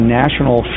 national